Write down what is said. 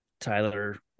Tyler